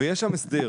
יש שם הסדר.